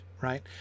right